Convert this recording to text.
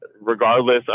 regardless